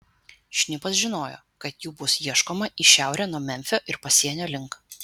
šnipas žinojo kad jų bus ieškoma į šiaurę nuo memfio ir pasienio link